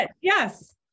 Yes